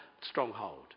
stronghold